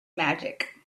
magic